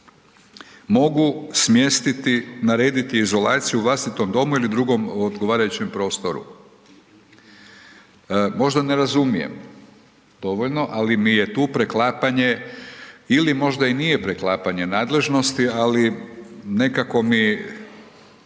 mogu smjestiti, narediti izolaciju u vlastitom domu ili drugom odgovarajućem prostoru. Možda ne razumijem dovoljno, ali mi je tu preklapanje ili možda i nije preklapanje nadležnosti, ali nekako mi